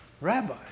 rabbi